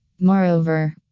Moreover